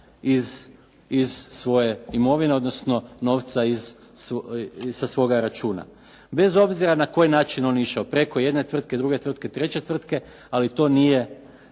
iz svoje imovine, odnosno novca sa svoga računa. Bez obzira na koji način on išao preko jedne tvrtke, druge tvrtke, treće tvrtke, ali to nije